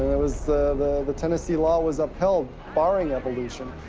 it was the the tennessee law was upheld, barring evolution,